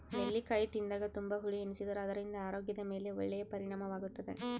ನೆಲ್ಲಿಕಾಯಿ ತಿಂದಾಗ ತುಂಬಾ ಹುಳಿ ಎನಿಸಿದರೂ ಅದರಿಂದ ಆರೋಗ್ಯದ ಮೇಲೆ ಒಳ್ಳೆಯ ಪರಿಣಾಮವಾಗುತ್ತದೆ